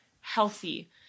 healthy